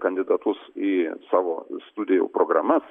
kandidatus į savo studijų programas